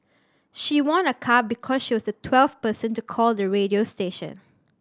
she won a car because she was the twelfth person to call the radio station